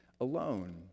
alone